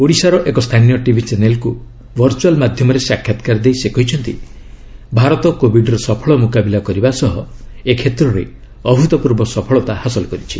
ଓଡ଼ିଶାର ଏକ ସ୍ଥାନୀୟ ଟିଭି ଚ୍ୟାନେଲ୍କୁ ଭର୍ଚୁଆଲ୍ ମାଧ୍ୟମରେ ସାକ୍ଷାତକାର ଦେଇ ସେ କହିଛନ୍ତି ଭାରତ କୋବିଡ୍ର ସଫଳ ମୁକାବିଲା କରିବା ସହ ଏ କ୍ଷେତ୍ରରେ ଅଭ୍ରୁତପୂର୍ବ ସଫଳତା ହାସଲ କରିଛି